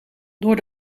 door